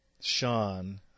Sean